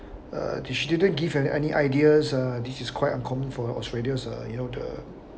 uh she didn't give uh any ideas uh this is quite uncommon for australia uh you know the